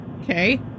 Okay